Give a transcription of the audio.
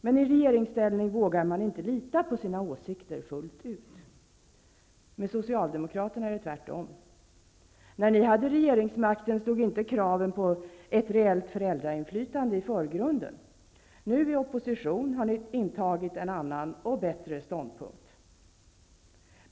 Men i regeringsställning vågar man inte lita helt på sina åsikter. Med Socialdemokraterna är det tvärtom. När ni hade regeringsmakten stod inte kraven på ett reellt föräldrainflytande i förgrunden. Nu i opposition har ni intagit en annan och bättre ståndpunkt.